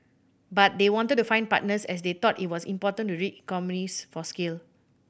but they wanted to find partners as they thought it was important to reap economies for scale